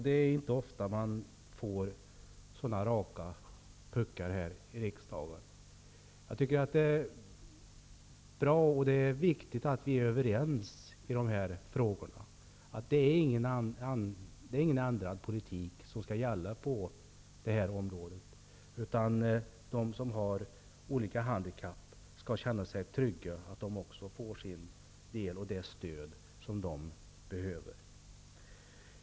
Det är inte ofta man får så raka puckar här i riksdagen. Jag tycker att det är bra och viktigt att vi är överens i dessa frågor. Politiken på det här området har inte ändrats, utan de som har olika handikapp skall känna sig trygga för att de också får sin del och det stöd som de behöver.